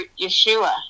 Yeshua